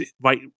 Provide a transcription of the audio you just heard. right